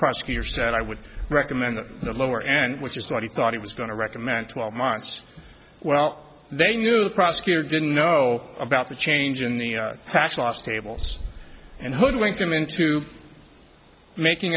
prosecutor said i would recommend that the lower end which is what he thought he was going to recommend twelve months well they knew the prosecutor didn't know about the change in the past last tables and hoodwinked him into making